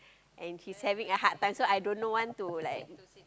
and he's having a hard time so I don't know want to like